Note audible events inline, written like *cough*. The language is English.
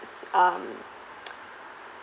um *noise*